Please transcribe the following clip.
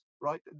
right